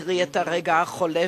קרי את הרגע הנכון,